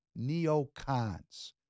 neocons